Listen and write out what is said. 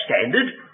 standard